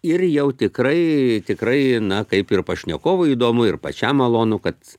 ir jau tikrai tikrai na kaip ir pašnekovui įdomu ir pačiam malonu kad